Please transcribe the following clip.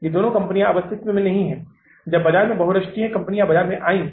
ये दोनों कंपनियां अब अस्तित्व में नहीं हैं जब बाजार में बहुराष्ट्रीय कंपनी बाजार में आयी थी